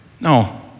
No